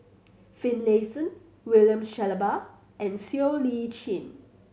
Finlayson William Shellabear and Siow Lee Chin